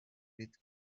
with